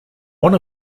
one